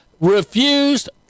refused